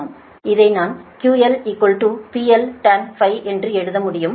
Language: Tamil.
இதை நான் QL PL Tan என்று எழுத முடியும்